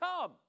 Come